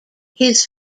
his